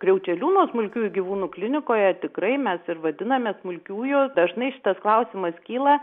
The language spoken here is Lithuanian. kriaučeliūno smulkiųjų gyvūnų klinikoje tikrai mes ir vadinamės smulkiųjų dažnai šitas klausimas kyla